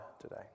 today